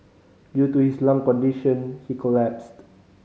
due to his lung condition he collapsed